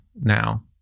now